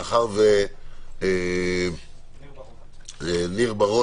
מאחר שניר בראון,